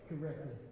correctly